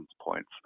points